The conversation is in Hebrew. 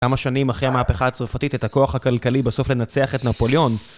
כמה שנים אחרי המהפכה הצרפתית, את הכוח הכלכלי בסוף לנצח את נפוליון.